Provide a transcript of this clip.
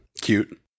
cute